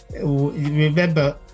Remember